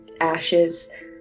ashes